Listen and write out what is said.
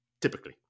typically